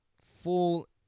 full